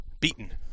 beaten